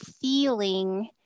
feeling